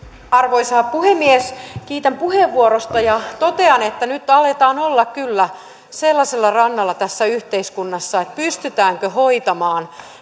arvoisa puhemies kiitän puheenvuorosta ja totean että nyt aletaan kyllä olla sellaisella rannalla tässä yhteiskunnassa että voi kysyä pystytäänkö hoitamaan